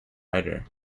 writer